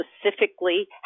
specifically